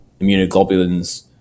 immunoglobulins